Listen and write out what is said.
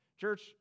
Church